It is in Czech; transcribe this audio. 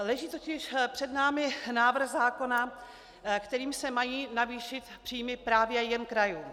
Leží totiž před námi návrh zákona, kterým se mají navýšit příjmy právě jen krajům.